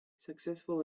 successful